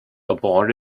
abort